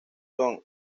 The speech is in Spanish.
son